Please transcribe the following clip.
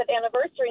anniversary